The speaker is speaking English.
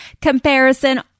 comparison